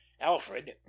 alfred